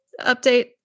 update